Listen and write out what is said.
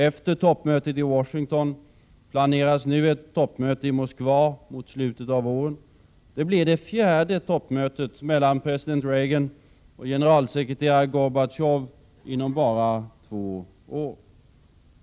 Efter toppmötet i Washington planeras nu ett toppmöte i Moskva mot slutet av våren. Det blir det fjärde toppmötet mellan president Reagan och generalsekreterare Gorbatjov på två år.